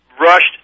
rushed